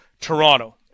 Toronto